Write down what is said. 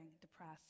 depressed